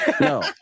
No